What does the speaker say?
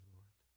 Lord